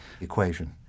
equation